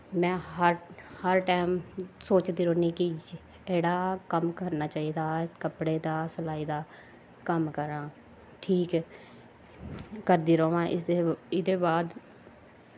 में हर टैम सोचदी रौंह्नी कि एह्ड़ा कम्म करना चाहिदा कपड़े दा सलाई दा कम्म करांऽ ठीक करदी रवां एह्दे बाद